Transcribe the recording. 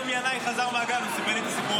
היום ינאי חזר מהגן, הוא סיפר לי את הסיפור הזה.